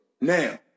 Now